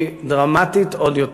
היא דרמטית עוד יותר.